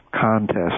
contest